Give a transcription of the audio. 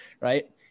right